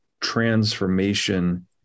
transformation